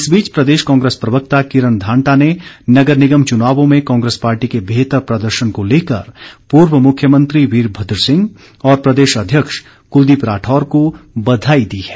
इस बीच प्रदेश कांग्रेस प्रवक्ता किरण धांटा ने नगर निगम चुनावों में कांग्रेस पार्टी के बेहतर प्रदर्शन को लेकर पूर्व मुख्यमंत्री वीरभद्र सिंह और प्रदेश अध्यक्ष कुलदीप राठौर को बधाई दी है